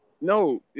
No